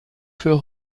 für